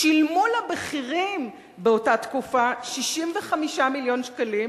שילמו לבכירים באותה תקופה 65 מיליון שקלים,